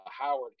Howard